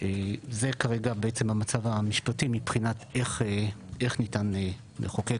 זה כרגע המצב המשפטי מבחינת איך ניתן לחוקק,